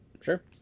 Sure